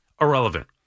irrelevant